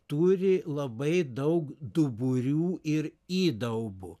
turi labai daug duburių ir įdaubų